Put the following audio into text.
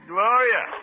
Gloria